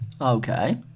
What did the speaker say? okay